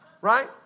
Right